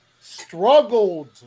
struggled